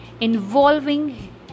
involving